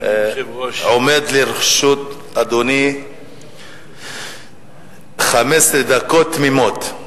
עומדות לרשות אדוני 15 דקות תמימות.